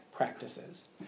practices